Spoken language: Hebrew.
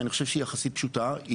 שלדעתי היא יחסית פשוטה,